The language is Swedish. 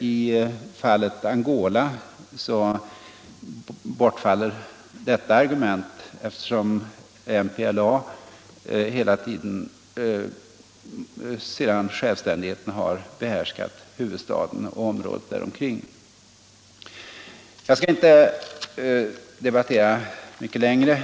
I fallet Angola bortfaller detta argument, eftersom MPLA hela tiden sedan självständigheten har behärskat huvudstaden och området däromkring. Jag skall inte debattera mycket längre.